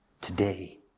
today